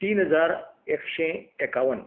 तीन हजार एकशें एकावन